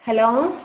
hello